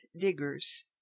Diggers